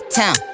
town